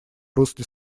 русле